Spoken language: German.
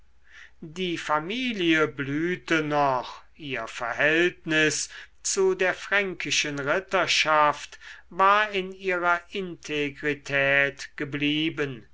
die familie blühte noch ihr verhältnis zu der fränkischen ritterschaft war in ihrer integrität geblieben